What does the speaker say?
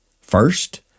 First